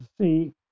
see